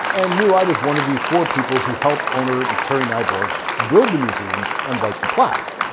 and knew i was one of the four people who helped owner and harry nibourg build the museum and write the plaques.